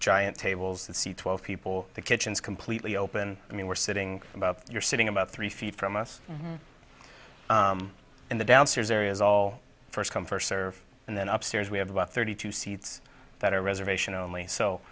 giant tables and see twelve people the kitchen is completely open i mean we're sitting about you're sitting about three feet from us in the downstairs areas all first come first serve and then up stairs we have about thirty two seats that are reservation only so